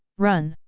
run!